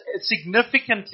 significantly